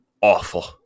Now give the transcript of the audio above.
awful